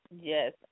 Yes